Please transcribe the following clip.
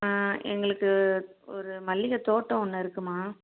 ஆ எங்களுக்கு ஒரு மல்லிகை தோட்டம் ஒன்று இருக்கும்மா